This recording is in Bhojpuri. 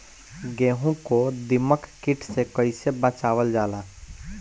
गेहूँ को दिमक किट से कइसे बचावल जाला?